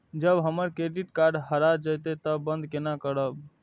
जब हमर credit card हरा जयते तब बंद केना करब?